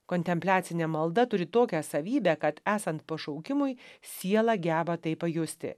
kontempliacinė malda turi tokią savybę kad esant pašaukimui siela geba tai pajusti